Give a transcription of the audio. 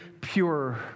pure